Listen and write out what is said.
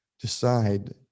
decide